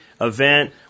event